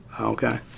Okay